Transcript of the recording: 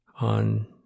on